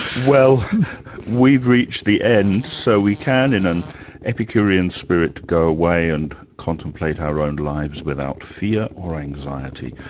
well we've reached the end, so we can, in an epicurean spirit go away and contemplate our own lives without fear or anxiety.